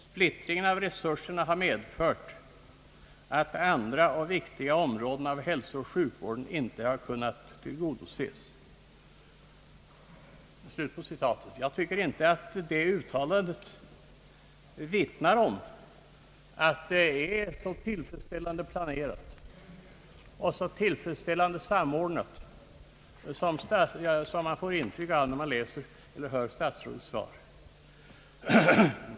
Splittringen av resurserna har medfört att andra viktiga områden av hälsooch sjukvården inte har kunnat tillgodoses.» Jag tycker inte att det uttalandet vittnar om att det är så tillfredsställande planerat och samordnat som man får intryck av när man hör statsrådets svar.